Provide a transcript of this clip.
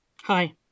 hi